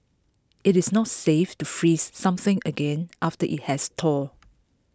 IT is not safe to freeze something again after IT has thawed